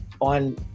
on